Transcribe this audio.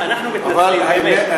אנחנו מתנצלים, האמת.